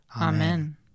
Amen